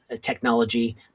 technology